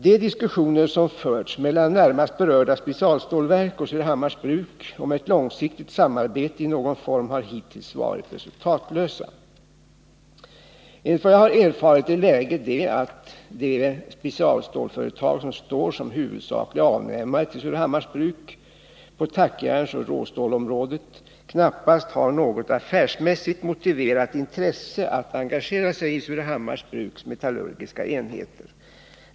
De diskussioner som förts mellan närmast berörda specialstålverk och Surahammars Bruk om ett långsiktigt samarbete i någon form har hittills varit resultatlösa. Enligt vad jag har erfarit är läget det att de specialstålsföretag som står som huvudsakliga avnämare till Surahammars Bruk på tackjärnsoch råstålsområdet knappast har något affärsmässigt motiverat intresse att engagera sig i Surahammars Bruks metallurgiska enheter.